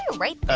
right but